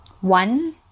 one